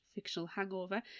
fictionalhangover